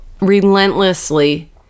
relentlessly